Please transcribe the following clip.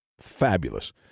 fabulous